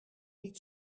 niet